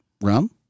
Rum